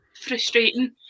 frustrating